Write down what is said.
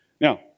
Now